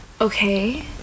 okay